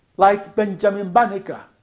like benjamin banneker,